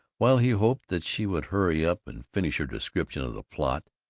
while he hoped that she would hurry up and finish her description of the plot,